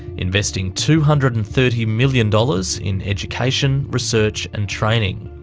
investing two hundred and thirty million dollars in education, research, and training.